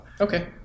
okay